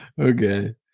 okay